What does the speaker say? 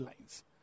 lines